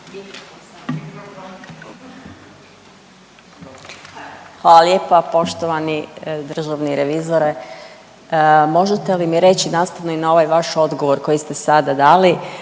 Hvala lijepa. Poštovani državni revizore, možete li mi reći nastavno i na ovaj vaš odgovor koji ste sada dali,